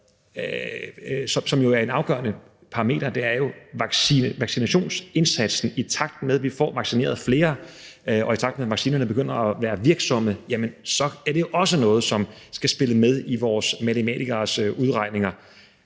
som er en afgørende parameter, er jo vaccinationsindsatsen. I takt med at vi får vaccineret flere, og i takt med at vaccinerne begynder at være virksomme, er det også noget, som skal spille med i vores matematikeres udregninger